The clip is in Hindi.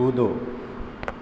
कूदो